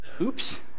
oops